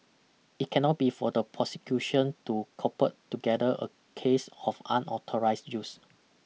it cannot be for the prosecution to cobble together a case of unauthorised use